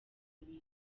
abiri